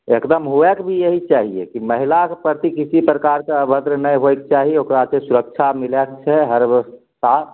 एकदम हुएके भी यही चाहिए की महिलाके प्रति किसी प्रकारके अभद्र नहि होइके चाही ओकरा से सुरक्षा मिलैके छै हर